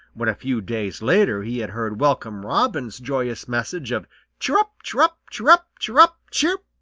when a few days later he had heard welcome robin's joyous message of cheer-up! cheer-up! cheer-up! cheer-up! cheer!